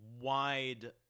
wide